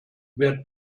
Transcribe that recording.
wer